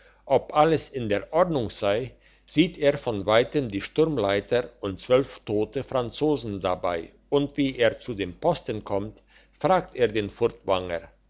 ob alles in der ordnung sei sieht er von weitem die sturmleiter und zwölf tote franzosen dabei und wie er zu dem posten kommt fragt er den furtwanger